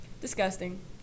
Disgusting